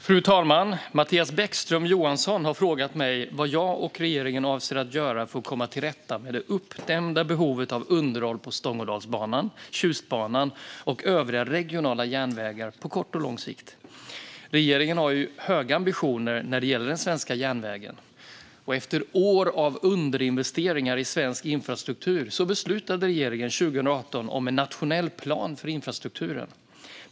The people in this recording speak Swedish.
Fru talman! Mattias Bäckström Johansson har frågat mig vad jag och regeringen avser att göra för att komma till rätta med det uppdämda behovet av underhåll på Stångådalsbanan, Tjustbanan och övriga regionala järnvägar på både kort och lång sikt. Regeringen har höga ambitioner när det gäller den svenska järnvägen. Efter år av underinvesteringar i svensk infrastruktur beslutade regeringen 2018 om en nationell plan för infrastrukturen.